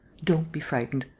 don't be frightened.